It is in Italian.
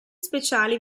speciali